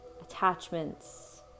attachments